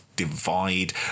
Divide